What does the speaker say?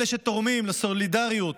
אלה שתורמים לסולידריות,